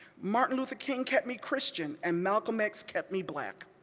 martin luther king kept me christian, and malcolm x kept me black.